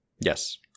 Yes